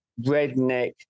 redneck